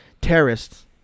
terrorists